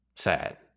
Sad